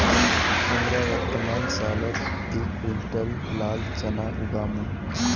हमरा वर्तमान सालत दी क्विंटल लाल चना उगामु